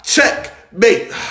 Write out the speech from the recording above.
Checkmate